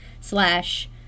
slash